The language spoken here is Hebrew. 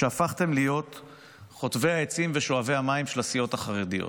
שהפכתם להיות חוטבי העצים ושואבי המים של הסיעות החרדיות?